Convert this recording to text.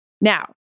Now